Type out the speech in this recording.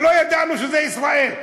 לא ידענו שזה ישראל.